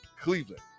cleveland